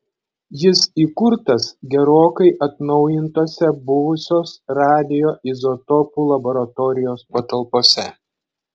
jis įkurtas gerokai atnaujintose buvusios radioizotopų laboratorijos patalpose